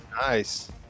Nice